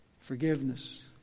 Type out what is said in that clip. forgiveness